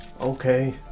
Okay